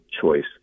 choice